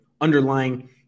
underlying